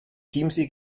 chiemsee